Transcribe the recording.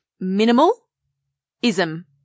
minimal-ism